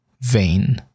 vain